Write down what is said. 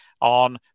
on